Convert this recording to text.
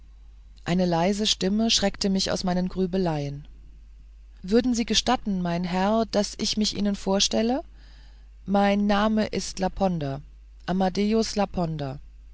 eine leise stimme schreckte mich aus meinen grübeleien würden sie gestatten mein herr daß ich mich ihnen vorstelle mein name ist